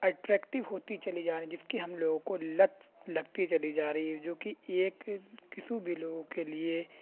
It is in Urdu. اٹریکٹیو ہوتی چلی جا رہیں جس کی ہم لوگوں کو لت لگتی چلی جا رہی ہے جوکہ ایک کسو بھی لوگوں کے لیے